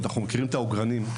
את האגרנים,